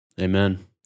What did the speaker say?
Amen